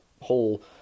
whole